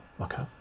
Okay